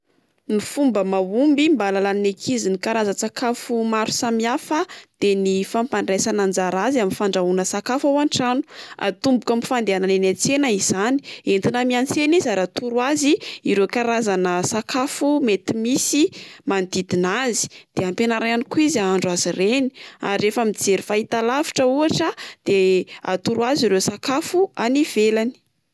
Ny fomba mahomby mba ahalalan'ny ankizy ny karazan-tsakafo maro samihafa de ny fampandraisana anjara azy amin'ny fandrahoana sakafo ao antrano. Atomboka amin'ny fadehanana eny antsena izany, entina miantsena izy ary atoro azy ireo karazana sakafo mety misy manodidina azy, de ampianarina ihany koa izy ahandro azy ireny. Ary rehefa mijery fahitalavitra ohatra a de atoro azy ireo sakafo any ivelany.